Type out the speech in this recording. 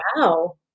Wow